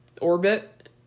Orbit